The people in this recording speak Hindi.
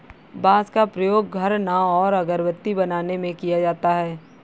बांस का प्रयोग घर, नाव और अगरबत्ती बनाने में किया जाता है